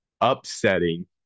upsetting